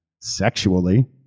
sexually